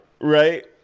right